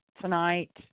tonight